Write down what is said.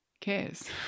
cares